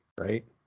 right